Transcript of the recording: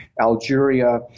Algeria